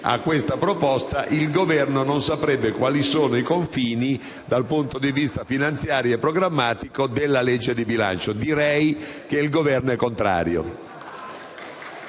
a questa proposta, il Governo non saprebbe quali sono i confini dal punto di vista finanziario e programmatico della legge di bilancio. Il Governo è dunque contrario